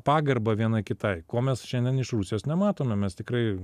pagarba viena kitai ko mes šiandien iš rusijos nematome mes tikrai